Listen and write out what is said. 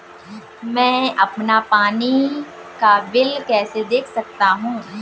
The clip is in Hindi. मैं अपना पानी का बिल कैसे देख सकता हूँ?